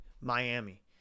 Miami